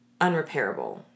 unrepairable